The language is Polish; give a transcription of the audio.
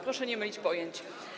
Proszę nie mylić pojęć.